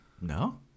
No